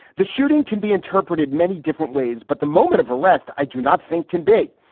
the shooting can be interpreted many different ways. but the moment of arrest, i do not think can be.